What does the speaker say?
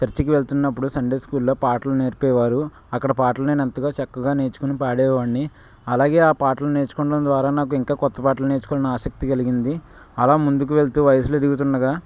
చర్చికి వెళ్తున్నప్పుడు సండే స్కూల్లో పాటలు నేర్పేవారు అక్కడ పాటలు నేను ఎంతగా చక్కగా నేర్చుకుని పాడేవాడిని అలాగే ఆ పాటలు నేర్చుకోవటం ద్వారా నాకు ఇంకా కొత్త పాటలు నేర్చుకోవాలి అన్న ఆసక్తి కలిగింది అలా ముందుకు వెళుతు వయసు ఎదుగుతుండగా